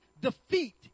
defeat